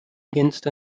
against